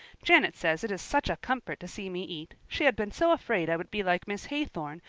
janet says it is such a comfort to see me eat she had been so afraid i would be like miss haythorne,